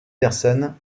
personnes